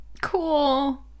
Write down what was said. cool